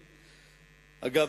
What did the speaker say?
אגב,